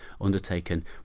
undertaken